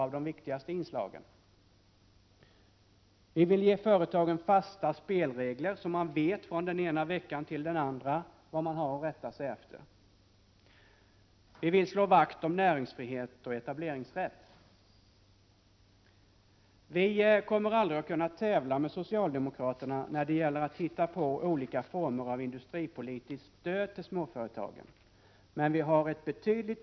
1987/88:34 regering. Det är sanningen. 30 november 1987 En form av inrikes emigration bland företagarna är resultatet av att man inte tror på framtiden. Kommer industriministern att medverka till att EA se företagssektörn i vårt land belastas med högre skatter än i dag vid en Matig förslagen kommande skatteomläggning?